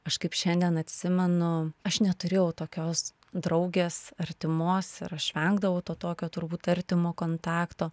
aš kaip šiandien atsimenu aš neturėjau tokios draugės artimos ir aš vengdavau to tokio turbūt artimo kontakto